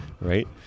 Right